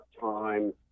time